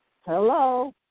hello